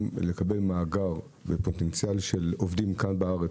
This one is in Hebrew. לקבל מאגר ופוטנציאל של עובדים כאן בארץ,